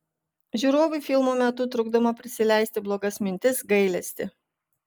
žiūrovui filmo metu trukdoma prisileisti blogas mintis gailestį